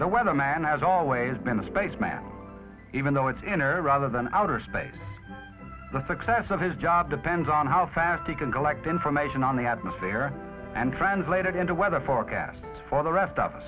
the weather man has always been a space man even though it's in or rather than outer space the success of his job depends on how fast he can collect information on the atmosphere and translate it into weather forecasts for the rest of